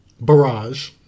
barrage